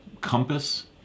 compass